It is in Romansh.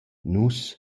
nu’s